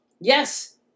yes